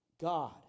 God